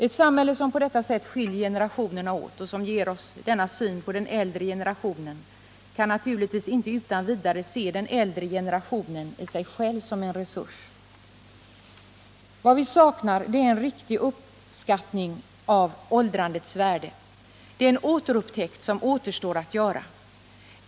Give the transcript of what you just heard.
Ett samhälle som på detta sätt skiljer generationerna åt och som ger oss denna syn på den äldre generationen kan naturligtvis inte utan vidare se den äldre generationen i sig själv som en resurs. Vad vi saknar är en riktig uppskattning av åldrandets värde. Det är en återupptäckt som återstår att göra.